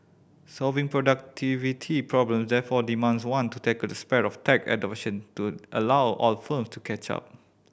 solving productivity problem therefore demands one to tackle the spread of tech adoption to allow all firm to catch up